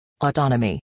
autonomy